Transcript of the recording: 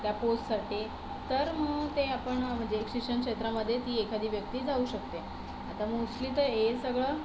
त्या पोस्टसाठी तर मग ते आपण म्हणजे एक्ज्युशन क्षेत्रामध्ये ती एखादी व्यक्ती जाऊ शकते आता मोस्टली तर हे सगळं